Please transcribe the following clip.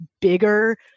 bigger